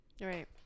Right